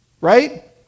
Right